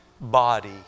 body